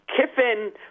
Kiffin